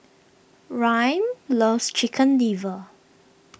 Rayne loves Chicken Liver